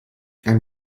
ein